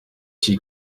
she